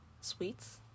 sweets